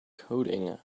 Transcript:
coding